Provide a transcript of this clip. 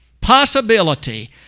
possibility